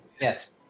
Yes